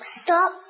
stop